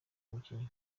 umukinnyi